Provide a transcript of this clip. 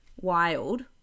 wild